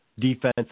Defense